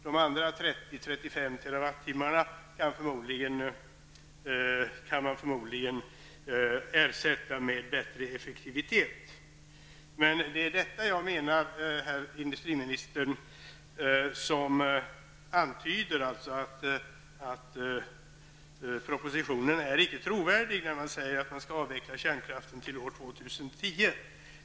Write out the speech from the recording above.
De andra 30-- 35 TWh kan man förmodligen ersätta med bättre effektivitet. Men det är på denna punkt som jag menar, herr industriminister, att propositionen icke är trovärdig, dvs. när man hävdar att kärnkraften skall avvecklas till år 2010.